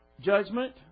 judgment